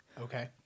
Okay